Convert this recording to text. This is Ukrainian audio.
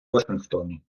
вашингтоні